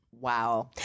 wow